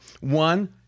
One